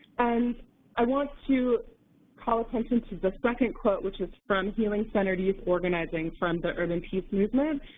and i want to call attention to the second quote, which is from healing-centered youth organizing from the urban peace movement,